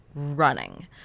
Running